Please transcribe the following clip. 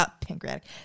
pancreatic